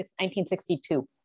1962